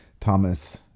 Thomas